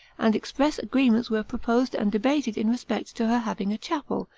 and express agreements were proposed and debated in respect to her having a chapel,